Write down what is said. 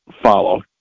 follow